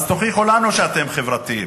אז תוכיחו לנו שאתם חברתיים,